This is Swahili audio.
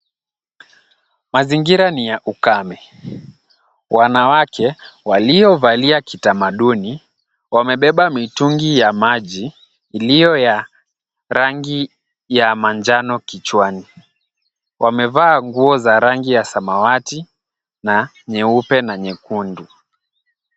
Mazingira ni ya ukame. Wanawake waliovalia kitamaduni, wamebeba mitungi ya maji iliyo ya rangi ya manjano kichwani. Wamevaa nguo za rangi ya samawati na nyeupe na nyekundu.